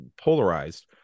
polarized